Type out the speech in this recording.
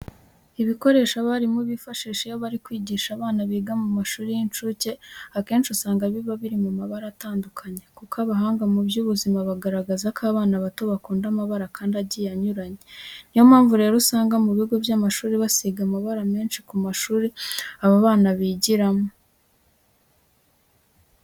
Ibikoresho abarimu bifashisha iyo bari kwigisha abana biga mu mashuri y'incuke, akenshi usanga biba biri mu mabara atandukanye kuko abahanga mu by'ubuzima bagaragaza ko abana bato bakunda amabara kandi agiye anyuranye. Niyo mpamvu rero usanga mu bigo by'amashuri basiga amabara menshi mu mashuri aba bana bigiramo.